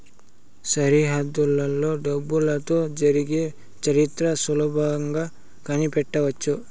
సరిహద్దులలో డబ్బులతో జరిగే చరిత్ర సులభంగా కనిపెట్టవచ్చు